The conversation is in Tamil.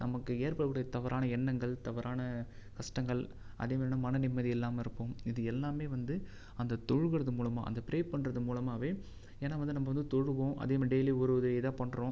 நமக்கு ஏற்பட கூடிய தவறான எண்ணங்கள் தவறான கஷ்டங்கள் அதேமாரியான மன நிம்மதி இல்லாமல் இருக்கும் இது எல்லாமே வந்து அந்த தொழுகிறது மூலமாக அந்த பிரே பண்ணுறது மூலமாகவே ஏன்னா வந்து நம்ம வந்து தொழுவோம் அதேமாரி டெய்லி ஒரு ஒரு இதாக பண்ணுறோம்